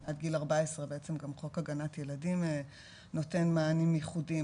עד גיל 14 בעצם גם חוק הגנת ילדים נותן מענים ייחודיים,